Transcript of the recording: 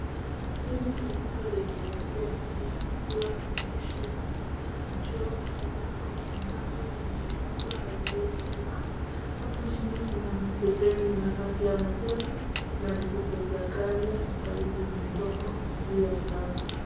Hili ni duka lenye rangi ya majani ikiwa na maandishi ya M-PESA na michoro ambazo ziko kwa mlango zenye zinauzwa ndani ya hili duka. Hapo chini kuna beseni ya rangi ya majani na mifuko za carrier ambazo zimeekwa kwa nje ya mlango.